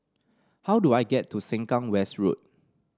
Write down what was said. how do I get to Sengkang West Road